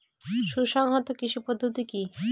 সুসংহত কৃষি পদ্ধতি কি?